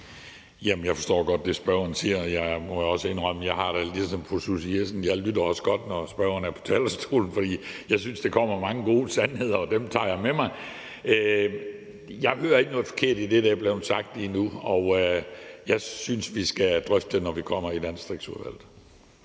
jeg må også indrømme, at jeg har det som fru Susie Jessen: Jeg lytter også godt efter, når spørgeren er på talerstolen, for jeg synes, der kommer mange gode sandheder, og dem tager jeg med mig. Jeg hører ikke noget forkert i det, der er blevet sagt lige nu, og jeg synes, vi skal drøfte det, når vi kommer i Udvalget for